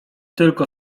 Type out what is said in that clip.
tylko